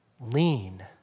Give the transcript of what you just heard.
Lean